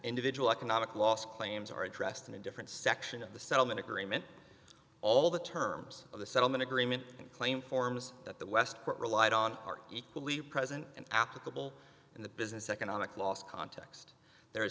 individual economic loss claims are addressed in a different section of the settlement agreement all the terms of the settlement agreement claim forms that the west court relied on are equally present and applicable in the business economic loss context the